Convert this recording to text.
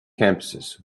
campuses